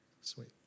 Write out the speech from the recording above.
Sweet